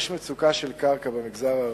יש מצוקה של קרקע במגזר הערבי,